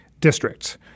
districts